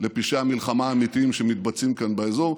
לפשעי המלחמה האמיתיים שמתבצעים כאן באזור,